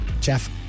Jeff